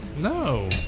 No